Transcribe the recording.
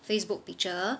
Facebook picture